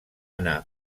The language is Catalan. anar